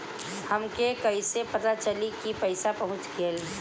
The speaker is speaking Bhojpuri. हमके कईसे पता चली कि पैसा पहुच गेल?